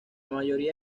mayoría